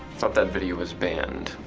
thought that video was banned.